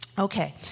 Okay